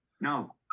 No